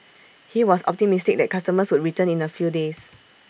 he was optimistic that customers would return in A few days